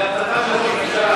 זה הבטחה שלא,